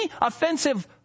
offensive